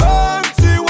empty